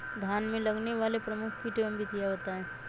धान में लगने वाले प्रमुख कीट एवं विधियां बताएं?